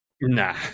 Nah